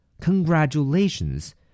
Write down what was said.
Congratulations